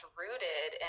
rooted